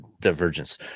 divergence